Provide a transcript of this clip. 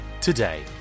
today